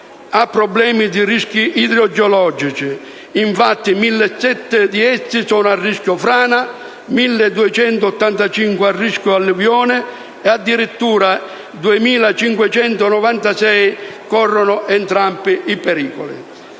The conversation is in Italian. ha problemi di rischi idrogeologici: infatti, 1.700 di essi sono a rischi frana, 1.285 a rischio alluvione e addirittura 2.596 corrono entrambi i pericoli,